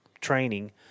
training